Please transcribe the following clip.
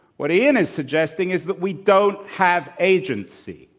what ian is suggesting is that we don't have agency.